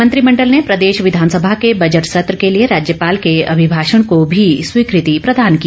मंत्रिमंडल ने प्रदेश विधानसभा के बजट सत्र के लिए राज्यपाल के अभिभाषण को भी स्वीकृति प्रदान की